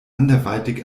anderweitig